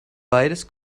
beides